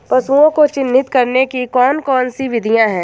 पशुओं को चिन्हित करने की कौन कौन सी विधियां हैं?